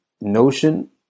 notion